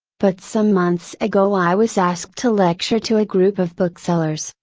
but some months ago i was asked to lecture to a group of booksellers,